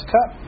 Cup